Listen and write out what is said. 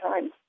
time